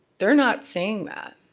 they're not saying that.